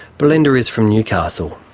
belinda is from newcastle.